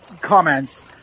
comments